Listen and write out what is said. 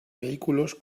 vehículos